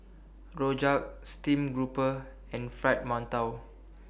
Rojak Steamed Grouper and Fried mantou